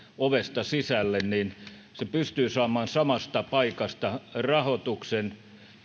ovesta sisälle se pystyy saamaan samasta paikasta rahoituksen